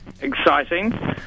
exciting